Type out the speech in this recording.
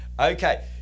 Okay